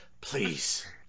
please